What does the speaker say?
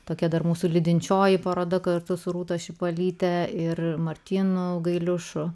tokia dar mūsų lydinčioji paroda kartu su rūta šipalytė ir martyno